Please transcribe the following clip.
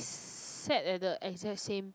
sat as the exact same